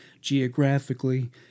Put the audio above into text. geographically